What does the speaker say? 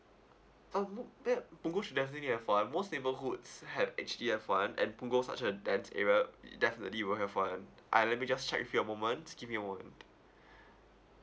oh punggol well punggol should definitely have one most neighbourhoods have actually have one and punggol such a dense area it definitely will have one I let me just check give me a moments give me a moment